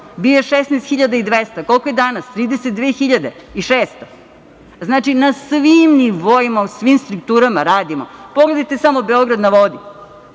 Bio je 16.200. Koliko je danas? Danas je 32.600.Znači, na svim nivoima, u svim strukturama radimo. Pogledajte samo „Beograd na vodi“,